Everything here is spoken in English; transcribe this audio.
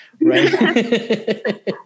right